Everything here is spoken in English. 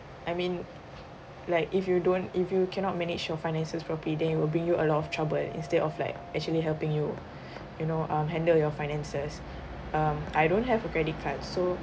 I mean like if you don't if you cannot manage your finances properly then it will bring you a lot of trouble instead of like actually helping you you know um handle your finances um I don't have a credit card so